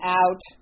out